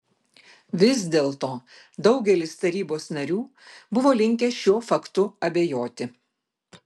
vis dėlto daugelis tarybos narių buvo linkę šiuo faktu abejoti